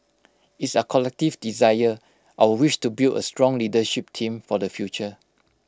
it's our collective desire our wish to build A strong leadership team for the future